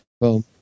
Boom